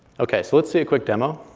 ok, so let's see a quick demo.